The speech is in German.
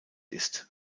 ist